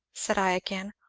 said i again,